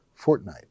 Fortnite